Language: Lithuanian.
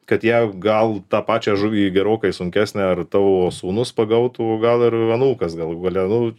kad ją gal tą pačią žuvį gerokai sunkesnę ar tavo sūnus pagautų gal ir anūkas galų gale nu